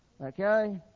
Okay